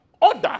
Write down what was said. order